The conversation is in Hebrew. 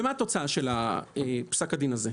התוצאה של פסק הדין הזה,